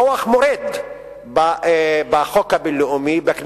בכנסת ישראל, כוח מורד בחוק הבין-לאומי.